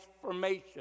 transformation